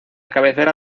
cabecera